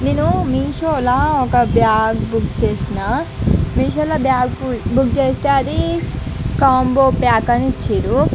నేను మీ షోలో ఒక బ్యాగ్ బుక్ చేసిన మీ షోలో బ్యాగ్ బుక్ చేస్తే అది కాంబో ప్యాక్ అని ఇచ్చిరు